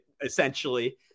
essentially